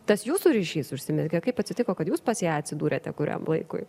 tas jūsų ryšys užsimezgė kaip atsitiko kad jūs pats ją atsidūrėte kuriam laikui